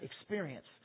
experience